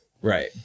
Right